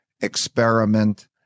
experiment